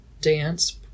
dance